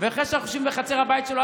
ואחרי שאנחנו יושבים בחצר הבית שלו,